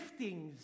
giftings